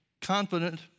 confident